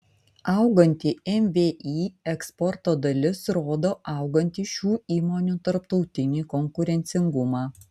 auganti mvį eksporto dalis rodo augantį šių įmonių tarptautinį konkurencingumą